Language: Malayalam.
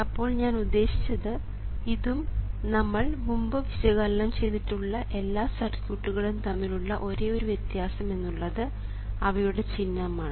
അപ്പോൾ ഞാൻ ഉദ്ദേശിച്ചത് ഇതും നമ്മൾ മുൻപ് വിശകലനം ചെയ്തിട്ടുള്ള എല്ലാ സർക്യൂട്ടുകളും തമ്മിലുള്ള ഒരേയൊരു വ്യത്യാസം എന്നുള്ളത് അവയുടെ ചിഹ്നമാണ്